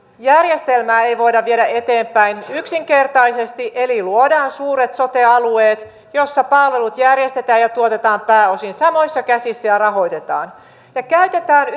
järjestelmää ei voida viedä eteenpäin yksinkertaisesti eli luodaan suuret sote alueet joissa palvelut järjestetään tuotetaan ja rahoitetaan pääosin samoissa käsissä ja käytetään